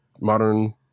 modern